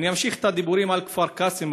אני אמשיך את הדיבורים על כפר קאסם,